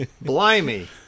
Blimey